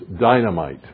dynamite